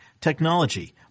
technology